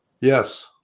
Yes